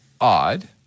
odd